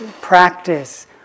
practice